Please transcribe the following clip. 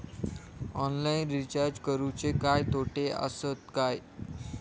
Online recharge करुचे काय तोटे आसत काय?